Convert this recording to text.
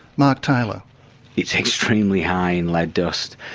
mark taylor it's extremely high in lead dust.